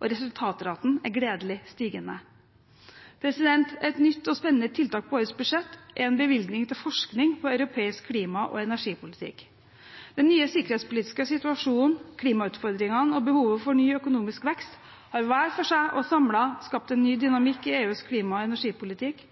og resultatraten er gledelig stigende. Et nytt og spennende tiltak på årets budsjett er en bevilgning til forskning på europeisk klima- og energipolitikk. Den nye sikkerhetspolitiske situasjonen, klimautfordringene og behovet for ny økonomisk vekst har hver for seg og samlet skapt en ny dynamikk i EUs klima- og energipolitikk